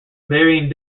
varying